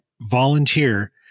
volunteer